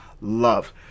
love